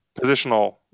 positional